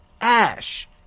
Ash